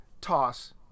toss